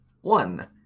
one